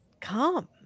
come